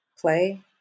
play